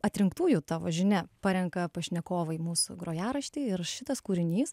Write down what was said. atrinktųjų tavo žinia parenka pašnekovai mūsų grojaraštį ir šitas kūrinys